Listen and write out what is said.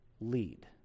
lead